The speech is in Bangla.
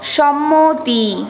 সম্মতি